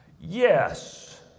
Yes